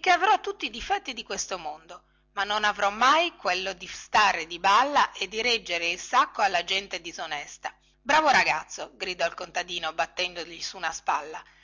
che avrò tutti i difetti di questo mondo ma non avrò mai quello di star di balla e di reggere il sacco alla gente disonesta bravo ragazzo gridò il contadino battendogli sur una spalla